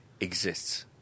exists